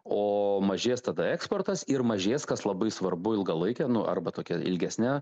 o mažės tada eksportas ir mažės kas labai svarbu ilgalaike arba tokia ilgesne